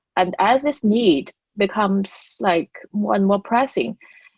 and as this need becomes like more and more pressing,